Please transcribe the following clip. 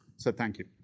so thank you.